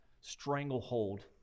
stranglehold